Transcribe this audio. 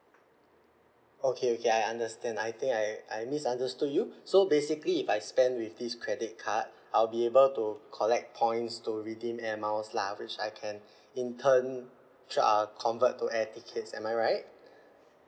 okay okay I understand I think I I misunderstood you so basically if I spend with this credit card I'll be able to collect points to redeem air miles lah which I can in turn tr~ uh convert to air tickets am I right